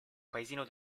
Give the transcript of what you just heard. paesino